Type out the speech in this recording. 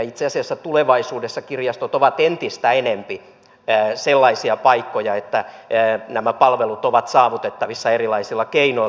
itse asiassa tulevaisuudessa kirjastot ovat entistä enempi sellaisia paikkoja että nämä palvelut ovat saavutettavissa erilaisilla keinoilla